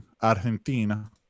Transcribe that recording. Argentina